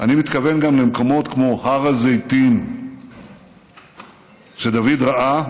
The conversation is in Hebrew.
אני מתכוון גם למקומות כמו הר הזיתים שדוד ראה,